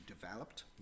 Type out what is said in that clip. developed